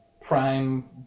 prime